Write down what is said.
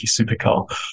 supercar